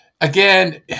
again